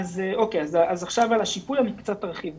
אני קצת ארחיב לגבי השיפוי.